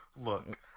Look